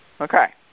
Okay